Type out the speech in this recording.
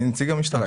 אני נציג המשטרה,